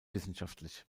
wissenschaftlich